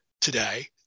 today